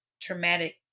traumatic